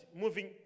moving